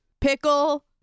pickle